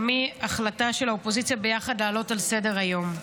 גם היא החלטה של האופוזיציה ביחד להעלות לסדר-היום.